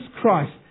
Christ